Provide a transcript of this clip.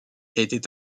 était